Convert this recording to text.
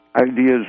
ideas